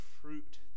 fruit